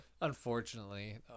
Unfortunately